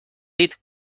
dit